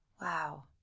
Wow